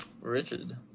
Richard